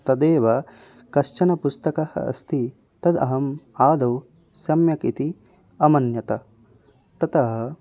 तदेव कश्चन पुस्तकः अस्ति तद् अहम् आदौ सम्यक् इति अमन्ये ततः